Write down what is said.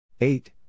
eight